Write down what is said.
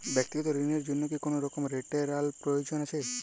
ব্যাক্তিগত ঋণ র জন্য কি কোনরকম লেটেরাল প্রয়োজন আছে?